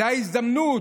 זו ההזדמנות,